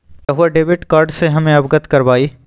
रहुआ debit card से हमें अवगत करवाआई?